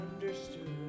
understood